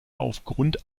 aufgrund